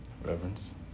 Reverence